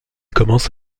commence